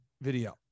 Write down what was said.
video